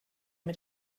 mit